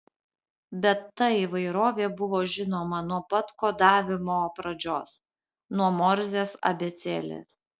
bet ta įvairovė buvo žinoma nuo pat kodavimo pradžios nuo morzės abėcėlės